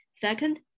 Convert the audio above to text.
Second